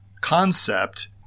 concept